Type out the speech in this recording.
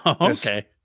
Okay